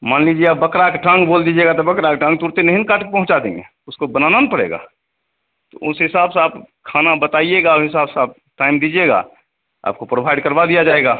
मान लीजिए आप बकरा का टाँग बोल दीजिएगा तो बकरा का टाँग तुरन्त नहीं ना काटकर पहुँचा देंगे उसको बनाना ना पड़ेगा तो उस हिसाब से आप खाना बताइएगा वही हिसाब से आप टाइम दीजिएगा आपको प्रोवाइड करवा दिया जाएगा